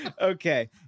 Okay